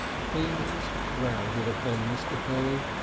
things crowded upon mr. polly.